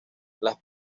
las